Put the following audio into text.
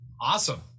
Awesome